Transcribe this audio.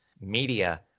media